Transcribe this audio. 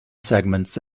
segments